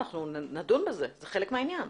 נדון בזה, זה חלק מהעניין.